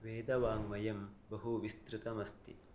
वेदवाङ्मयं बहु विस्तृतमस्ति